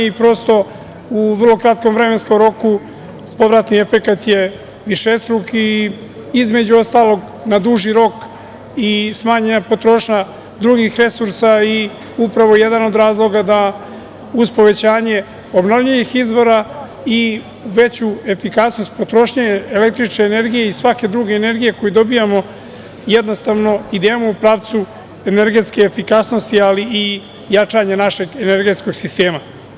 Prosto, u vrlo kratkom vremenskom roku povratni efekat je višestruk i, između ostalog, na duži rok i smanjena potrošnja drugih resursa i upravo jedan od razloga da uz povećanje obnovljivih izvora i veću efikasnost potrošnje električne energije i svake druge energije koju dobijamo jednostavno idemo u pravcu energetske efikasnosti, ali i jačanja našeg energetskog sistema.